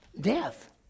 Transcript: Death